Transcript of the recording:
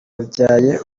abyaye